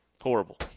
horrible